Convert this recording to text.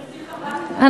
גברתי חברת הכנסת,